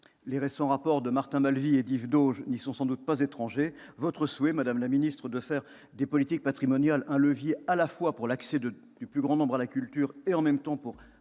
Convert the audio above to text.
Les récents rapports de Martin Malvy et d'Yves Dauge n'y sont sans doute pas étrangers. Votre souhait, madame la ministre, de faire des politiques patrimoniales un levier tant de l'accès du plus grand nombre à la culture que de